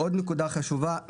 עוד נקודה חשובה,